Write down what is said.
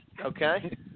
Okay